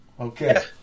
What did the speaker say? Okay